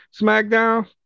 SmackDown